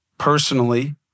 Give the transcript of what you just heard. Personally